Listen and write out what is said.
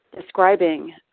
describing